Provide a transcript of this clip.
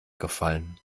gefallen